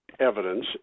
Evidence